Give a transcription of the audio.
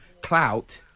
clout